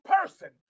person